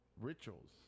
rituals